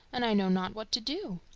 and i know not what to do.